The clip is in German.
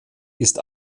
ist